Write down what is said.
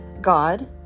God